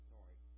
Sorry